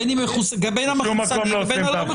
בין אם הילדים המחוסנים ובין אם לאו.